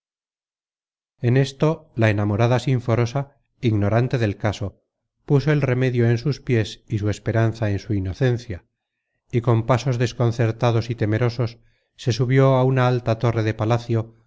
en esto la enamorada sinforosa ignorante del caso puso el remedio en sus piés ysu esperanza en su inocencia y con pasos desconcertados y temerosos se subió a una alta torre de palacio